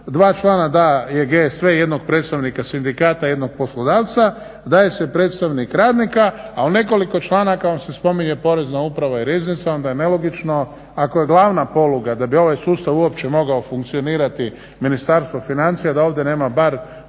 2 člana da … jednog predstavnika sindikata jednog poslodavca, daje se predstavnik radnika ali u nekoliko članaka vam se spominje Porezna uprava i riznica onda je nelogično ako je glavna poluga da bi ovaj sustav uopće mogao funkcionirati Ministarstvo financija da ovdje nema bar predstavnika